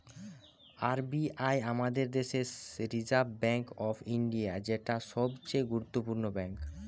R B I আমাদের দেশের reserve bank of India, যেটা সবচে গুরুত্বপূর্ণ ব্যাঙ্ক